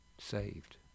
saved